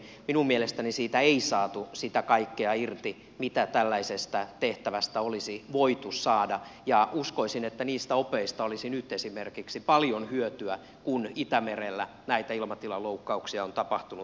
minun mielestäni siitä ei saatu sitä kaikkea irti mitä tällaisesta tehtävästä olisi voitu saada ja uskoisin että niistä opeista olisi nyt esimerkiksi paljon hyötyä kun itämerellä näitä ilmatilaloukkauksia on tapahtunut paljon